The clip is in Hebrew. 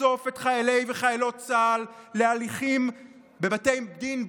תחשוף את חיילי וחיילות צה"ל להליכים בבתי דין בין-לאומיים.